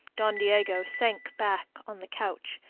don diego sank back on the couch,